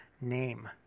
name